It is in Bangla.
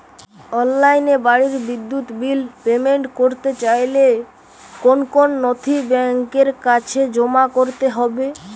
অনলাইনে বাড়ির বিদ্যুৎ বিল পেমেন্ট করতে চাইলে কোন কোন নথি ব্যাংকের কাছে জমা করতে হবে?